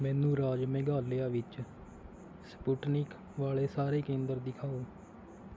ਮੈਨੂੰ ਰਾਜ ਮੇਘਾਲਿਆ ਵਿੱਚ ਸਪੁਟਨਿਕ ਵਾਲੇ ਸਾਰੇ ਕੇਂਦਰ ਦਿਖਾਓ